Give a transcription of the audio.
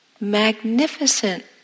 magnificent